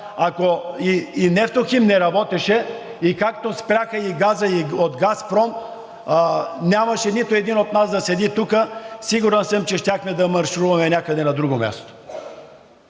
ако и „Нефтохим“ не работеше, както спряха и газа от „Газпром“, нямаше нито един от нас да седи тук. Сигурен съм, че щяхме да маршируваме някъде на друго място.